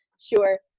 sure